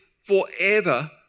forever